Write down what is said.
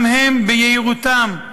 גם הם, ביהירותם,